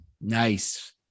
nice